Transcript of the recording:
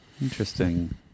Interesting